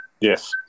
Yes